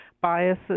biases